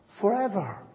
forever